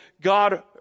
God